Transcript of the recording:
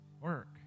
work